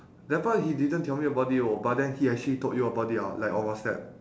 that part he didn't tell me about it oh but then he actually told you about it ah like on whatsapp